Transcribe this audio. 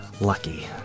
lucky